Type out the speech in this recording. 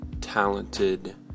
talented